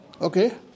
okay